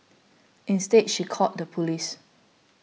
instead she called the police